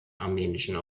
armenischen